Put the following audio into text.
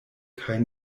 kaj